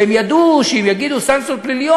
והם ידעו שאם יגידו "סנקציות פליליות",